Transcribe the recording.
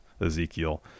Ezekiel